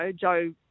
Joe